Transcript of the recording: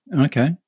Okay